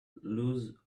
lose